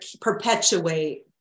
perpetuate